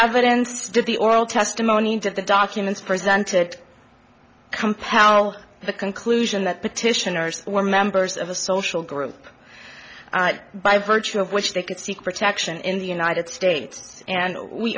evidence did the oral testimony that the documents presented compel the conclusion that petitioners were members of a social group by virtue of which they could seek protection in the united states and we